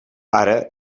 ara